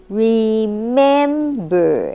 remember